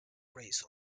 raised